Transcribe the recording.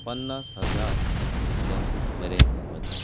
पन्नास हजार इतले मेरेन वयता